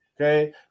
Okay